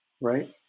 right